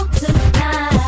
tonight